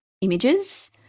images